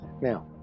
Now